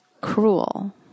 cruel